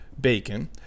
bacon